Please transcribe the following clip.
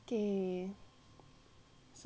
so err